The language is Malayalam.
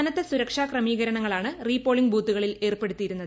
കനത്ത സുരക്ഷാ ക്രമീകരണങ്ങളാണ് റീപോളിങ്ങ് ബൂത്തുകളിൽ ഏർപ്പെടുത്തിയത്